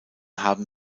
haben